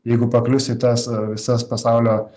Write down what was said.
jeigu paklius į tas visas pasaulio